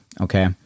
okay